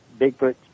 Bigfoot